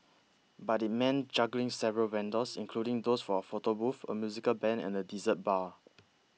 but it meant juggling several vendors including those for a photo booth a musical band and a dessert bar